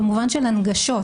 במובן של הנגשות.